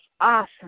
awesome